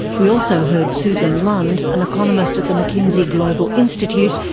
we also heard susan lund, an economist at the mckinsey global institute,